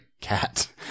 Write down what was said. cat